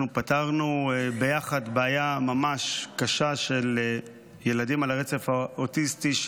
אנחנו פתרנו ביחד בעיה ממש קשה של ילדים על הרצף האוטיסטי,